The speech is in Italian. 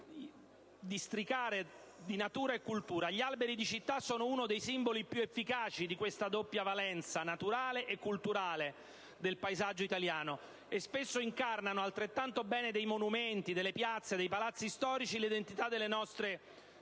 Gli alberi di città sono uno dei simboli più efficaci di questa doppia valenza, naturale e culturale, del paesaggio italiano, e spesso ne incarnano, altrettanto bene dei monumenti, delle piazze, dei palazzi storici, l'identità. Basta del resto citare